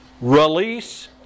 release